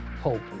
hope